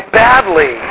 badly